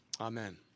Amen